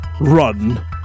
run